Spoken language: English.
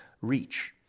Reach